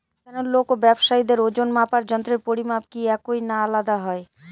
সাধারণ লোক ও ব্যাবসায়ীদের ওজনমাপার যন্ত্রের পরিমাপ কি একই না আলাদা হয়?